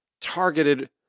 targeted